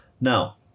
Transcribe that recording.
Now